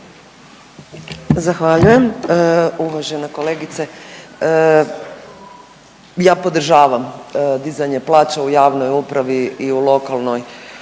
Zahvaljujem. Uvažena kolegice ja podržavam dizanje plaća u javnoj upravi i u lokalnoj